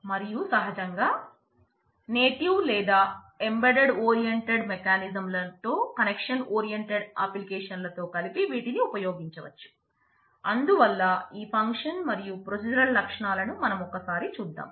మరియు సహజంగా నేటివ్ లేదా ఎంబెడెడ్ ఒరియెంటెడ్ మెకానిజంల లక్షణాలను మనం ఒక్కసారి చూద్దాం